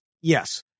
Yes